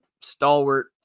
stalwart